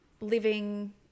living